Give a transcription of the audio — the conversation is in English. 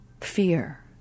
fear